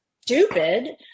stupid